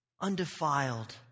undefiled